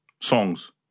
songs